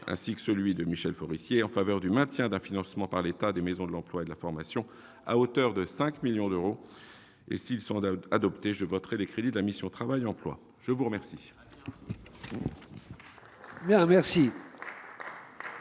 ainsi que celui de mon collègue Michel Forissier en faveur du maintien d'un financement par l'État des maisons de l'emploi et de la formation à hauteur de 5 millions d'euros. S'ils sont adoptés, je voterai les crédits de la mission « Travail et emploi ». Très bien